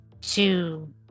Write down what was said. two